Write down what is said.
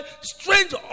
strange